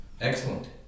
Excellent